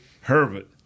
Herbert